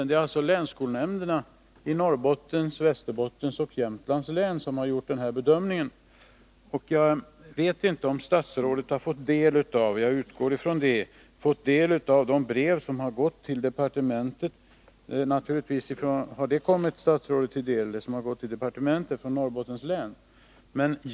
Det är alltså länsskolnämnderna i Norrbottens, Västerbottens och Jämtlands län som har gjort bedömningen. Jag utgår ifrån att statsrådet tagit del av det brev från Norrbottens län som gått till departementet.